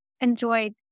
enjoyed